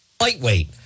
lightweight